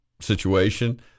situation